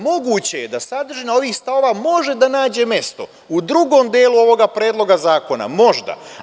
Moguće je da se sadržina ovih stavova, može da nađe mesto u drugom delu ovoga Predloga zakona, možda?